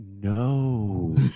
No